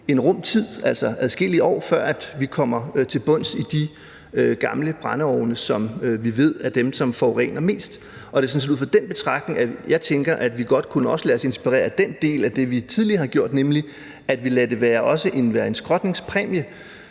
en rum tid, altså adskillige år, før vi kommer til bunds i det med de gamle brændeovne, som vi ved er dem, der forurener mest. Og det er sådan set ud fra den betragtning, at jeg tænker, at vi også godt kunne lade os inspirere af den del af det, vi tidligere har gjort, nemlig at vi også lader det være en skrotningspræmie,